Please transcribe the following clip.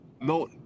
no